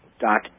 dot